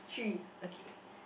okay